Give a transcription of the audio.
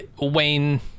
Wayne